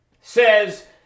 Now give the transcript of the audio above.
says